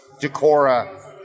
Decora